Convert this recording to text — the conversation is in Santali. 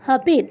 ᱦᱟᱯᱤᱫ